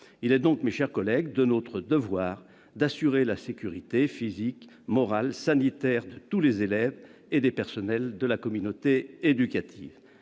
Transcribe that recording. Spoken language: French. liberté. Mes chers collègues, il est de notre devoir d'assurer la sécurité physique, morale et sanitaire de tous les élèves et des personnels de la communauté éducative